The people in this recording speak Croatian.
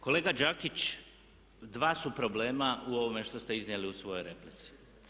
Kolega Đakić, dva su problema u ovome što ste iznijeli u svojoj replici.